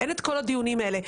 כי אין את כל הדיונים האלה.